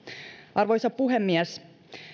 arvoisa puhemies